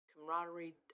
camaraderie